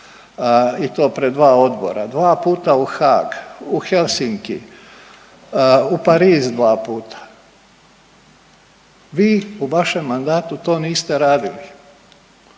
i to pred dva odbora, dva puta u Haag, u Helsinki, u Pariz dva puta. Vi u vašem mandatu to niste radili